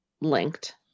linked